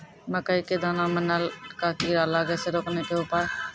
मकई के दाना मां नल का कीड़ा लागे से रोकने के उपाय?